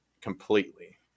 completely